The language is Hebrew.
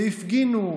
והפגינו,